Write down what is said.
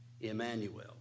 Emmanuel